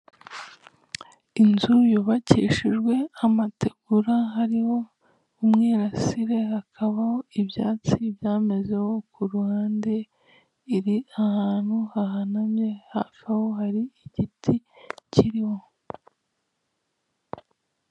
Inzu yubakishijwe amategura hariho umwirasire hakaba ibyatsi byamezeho ku ruhande, iri ahantu hahanamye hafi aho hari igiti kiriho.